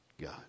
God